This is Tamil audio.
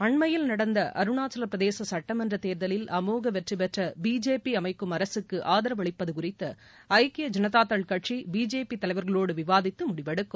அண்மையில் நடந்த அருணாச்சல பிரதேச சட்டமன்ற தேர்தலில் அமோக வெற்றி பெற்ற பிஜேபி அமைக்கும் அரசுக்கு ஆதரவளிப்பது குறித்து ஐக்கிய ஜனதாதள் கட்சி பிஜேபி தலைவர்களோடு விவாதித்து முடிவு எடுக்கும்